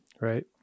Right